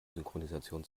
synchronisation